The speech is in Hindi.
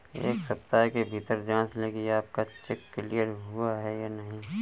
एक सप्ताह के भीतर जांच लें कि आपका चेक क्लियर हुआ है या नहीं